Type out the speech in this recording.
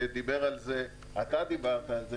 אתה דיברת על זה,